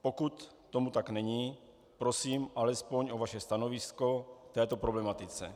Pokud tomu tak není, prosím alespoň o vaše stanovisko k této problematice.